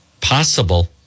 Possible